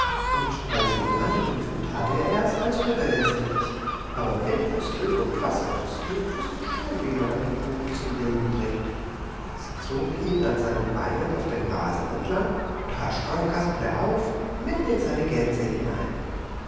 und als sie ihn anriefen tat er erst als höre er sie nicht aber windgustel und wassergustel wußten schon wie man einen buben zum reden bringt sie zogen ihn an seinen beinen auf dem rasen entlang da sprang kasperle auf mitten in seine gänse hinein